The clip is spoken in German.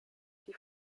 die